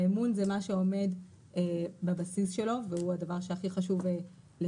האמון זה מה שעומד בבסיס שלו והוא הדבר שהכי חשוב לשמר.